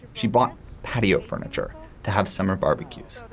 she bought patio furniture to have summer barbecues.